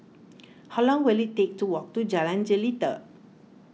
how long will it take to walk to Jalan Jelita